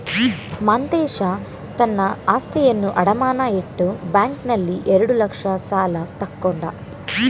ಮಾಂತೇಶ ತನ್ನ ಆಸ್ತಿಯನ್ನು ಅಡಮಾನ ಇಟ್ಟು ಬ್ಯಾಂಕ್ನಲ್ಲಿ ಎರಡು ಲಕ್ಷ ಸಾಲ ತಕ್ಕೊಂಡ